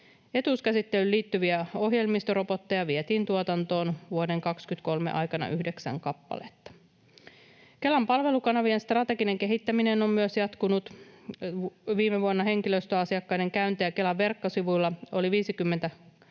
Etuuskäsittelyyn liittyviä ohjelmistorobotteja vietiin tuotantoon vuoden 23 aikana yhdeksän kappaletta. Myös Kelan palvelukanavien strateginen kehittäminen on jatkunut. Viime vuonna henkilöstöasiakkaiden käyntejä Kelan verkkosivuilla oli 58,5 miljoonaa